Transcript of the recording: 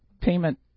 payment